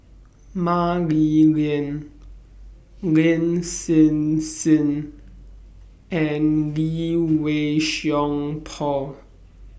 Mah Li Lian Lin Hsin Hsin and Lee Wei Song Paul